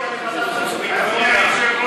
אני חושב שהפתרון הוא להגיע לוועדת החוץ והביטחון.